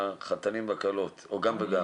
אתה מייצג את החתנים והכלות או גם וגם?